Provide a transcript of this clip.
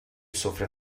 سفره